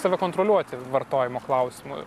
save kontroliuoti vartojimo klausimu